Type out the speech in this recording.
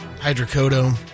hydrocodone